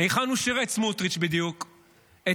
היכן הוא שירת בדיוק, סמוטריץ'?